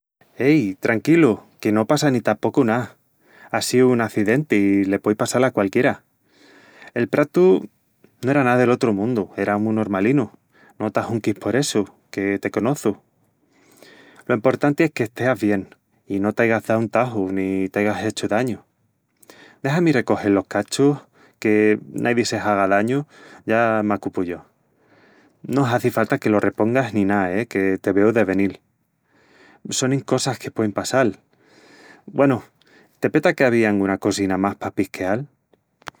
Ei, tranquilu, que no passa ni tapocu ná. Á síu un acidenti i le puei passal a qualquiera... El pratu no era ná del otru mundu, era mu normalinu, no t'ahunquis por essu, que te conoçu... Lo emportanti es que esteas bien i no t'aigas dau un taju ni t'aigas hechu dañu. Dexa-mi recogel los cachus, que naidi se haga dañu, ya m'acupu yo. No hazi falta que lo repongas ni ná, e, que te veu de venil... Sonin cosas que puein passal... Güenu, te peta que avíi anguna cosina más pa pisqueal?”